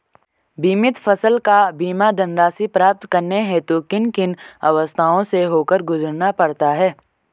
बीमित फसल का बीमा धनराशि प्राप्त करने हेतु किन किन अवस्थाओं से होकर गुजरना पड़ता है?